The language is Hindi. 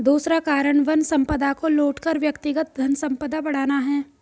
दूसरा कारण वन संपदा को लूट कर व्यक्तिगत धनसंपदा बढ़ाना है